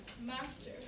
Master